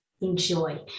enjoy